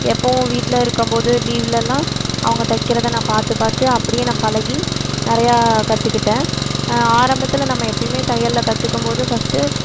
எப்பவும் வீட்டில் இருக்கும்போது லீவ்லலாம் அவங்க தைக்கிறதை நான் பார்த்து பார்த்து அப்படியே நான் பழகி நிறையா கற்றுக்கிட்டேன் ஆரம்பத்தில் நம்ம எப்பயுமே தையலில் கற்றுக்கும்போது ஃபஸ்ட்டு